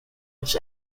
its